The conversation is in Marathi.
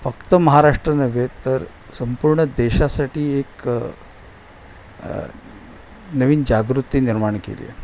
फक्त महाराष्ट्र नव्हे तर संपूर्ण देशासाठी एक नवीन जागृती निर्माण केली आहे